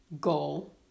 goal